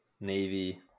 Navy